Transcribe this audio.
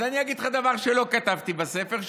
אז אני אגיד לך דבר שלא כתבתי בספר,